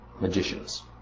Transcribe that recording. magicians